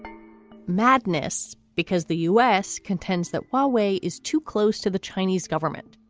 madness, because the u s. contends that while way is too close to the chinese government,